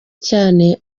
cyane